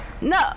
No